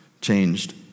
changed